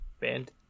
band